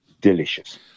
delicious